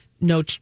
no